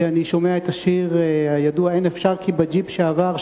שאני שומע את השיר הידוע "הן אפשר כי בג'יפ שעבר,